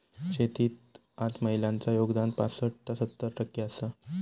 शेतीत आज महिलांचा योगदान पासट ता सत्तर टक्के आसा